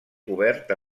cobert